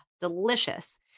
delicious